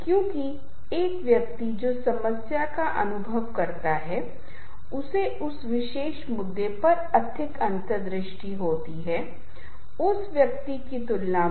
इसलिए यदि आप दूसरी ओर पश्चिमी संदर्भ को देख रहे हैं तो संगीत एक ऐसी चीज है जिसमें विभिन्न नाटकीय गुण हैं संवादी गुण एक वाद्य यंत्र बजा रहा है दूसरा वाद्य यंत्र उस पर प्रतिक्रिया कर रहा है जो एक साथ बज रहे हैं जो कि पॉलीफोनी है